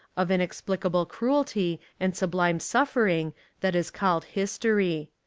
of inexplicable cruelty and sublime suffer ing that is called history.